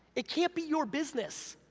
it can't be your business,